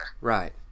Right